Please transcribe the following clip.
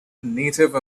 native